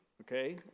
Okay